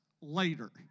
later